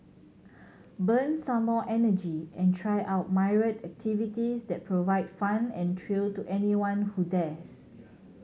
burn some more energy and try out myriad activities that provide fun and thrill to anyone who dares